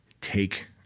take